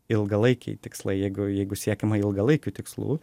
ilgalaikiai tikslai jeigu jeigu siekiama ilgalaikių tikslų